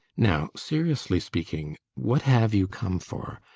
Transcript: now, seriously speaking what have you come for?